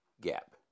gap